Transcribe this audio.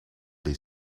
dei